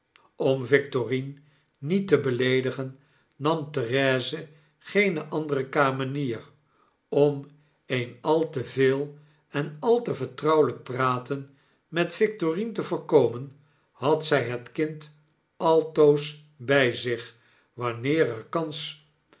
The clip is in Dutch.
om victorine niet te beleedigen nam therese geene andere kamenierjom een al te veel en al te vertrouwelgk praten met victorine te voorkomen had zij het kind altoos bg zich wanneer er kans